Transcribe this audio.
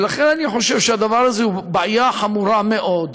אני חושב שהדבר הזה הוא בעיה חמורה מאוד.